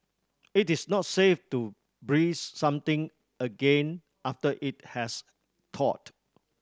it is not safe to freeze something again after it has thawed